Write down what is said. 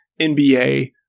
NBA-